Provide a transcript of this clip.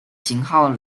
型号